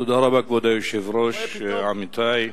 כבוד היושב-ראש, תודה רבה, עמיתי,